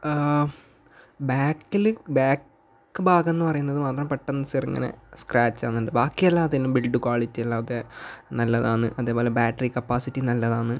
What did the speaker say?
ബാക്കിൽ ബാക്ക് ഭാഗം എന്ന് പറയുന്നത് മാത്രം പെട്ടെന്ന് ചെറുങ്ങനെ സ്ക്രാച്ച് ആവുന്നുണ്ട് ബാക്കിയെല്ലാ അതുതന്നെ ബിൽഡ് ക്വാളിറ്റി എല്ലാം അതെ നല്ലതാണ് അതേപോലെ ബാറ്ററി കപ്പാസിറ്റിയും നല്ലതാണ്